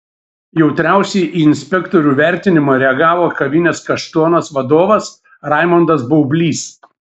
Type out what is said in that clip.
jautriausiai į inspektorių vertinimą reagavo kavinės kaštonas vadovas raimondas baublys